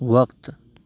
وقت